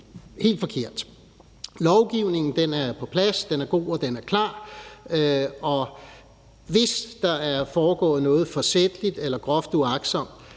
helt forkert. Lovgivningen er på plads, og den er god og klar. Og hvis der er foregået noget forsætligt eller groft uagtsomt,